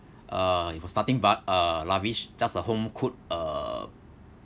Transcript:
uh it was nothing but uh lavish just a home cooked uh